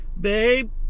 Babe